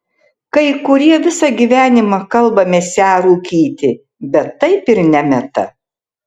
kai kurie visą gyvenimą kalba mesią rūkyti bet taip ir nemeta